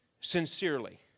sincerely